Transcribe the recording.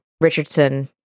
richardson